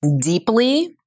deeply